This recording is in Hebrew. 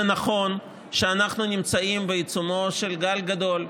זה נכון שאנחנו נמצאים בעיצומו של גל גדול,